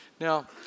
Now